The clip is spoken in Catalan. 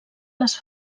les